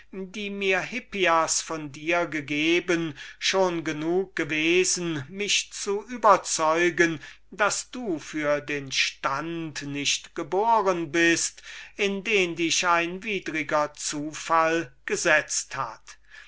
die mir hippias von dir gegeben schon genug gewesen mich zu überzeugen daß du für den stand nicht geboren bist in den dich ein widriger zufall gesetzt hat